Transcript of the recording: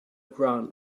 ground